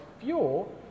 fuel